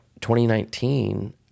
2019